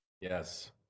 Yes